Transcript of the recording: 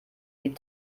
die